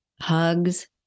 hugs